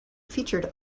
featured